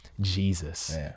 jesus